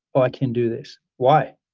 ah i can't do this. why?